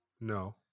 No